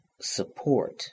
support